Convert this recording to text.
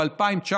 ב-2019,